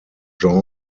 jean